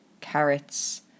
carrots